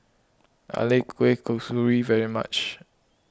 I like Kueh Kasturi very much